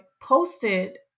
posted